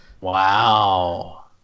Wow